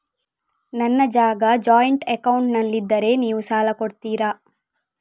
ನನ್ನ ಜಾಗ ಜಾಯಿಂಟ್ ಅಕೌಂಟ್ನಲ್ಲಿದ್ದರೆ ನೀವು ಸಾಲ ಕೊಡ್ತೀರಾ?